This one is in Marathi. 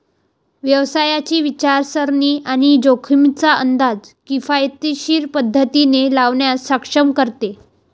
व्यवसायाची विचारसरणी आणि जोखमींचा अंदाज किफायतशीर पद्धतीने लावण्यास सक्षम करते